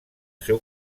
seu